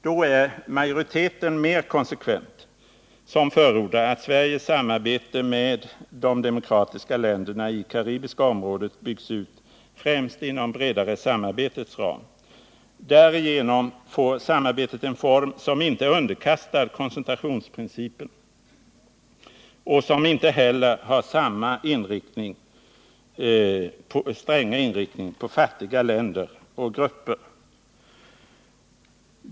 Då är utskottsmajoriteten mera konsekvent, som förordar att Sveriges samarbete med de demokratiska länderna i det karibiska området byggs ut främst inom det bredare samarbetets ram. Därigenom får samarbetet en form som inte är underkastad koncentrationsprincipen och som inte heller har samma stränga inriktning på fattiga länder och grupper.